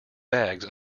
bags